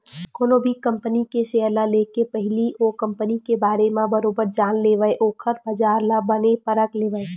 कोनो भी कंपनी के सेयर ल लेके पहिली ओ कंपनी के बारे म बरोबर जान लेवय ओखर बजार ल बने परख लेवय